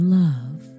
love